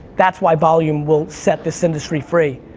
that's why volume will set this industry free.